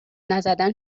نزدن